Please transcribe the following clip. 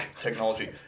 technology